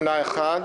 נמנע אחד.